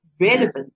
relevant